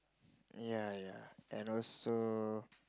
ya ya and also